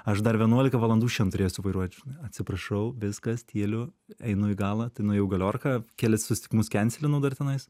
aš dar vienuolika valandų šian turėsiu vairuot atsiprašau viskas tyliu einu į galą tai nuėjau galiorką kelis sustikimus kensilinau dar tenais